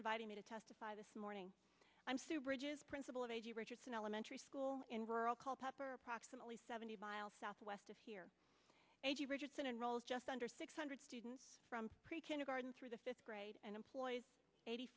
inviting me to testify this morning i'm soo bridge's principal of a g richardson elementary school in rural called approximately seventy miles southwest of here eighty richardson enrolled just under six hundred students from pre kindergarten through the fifth grade and employs eighty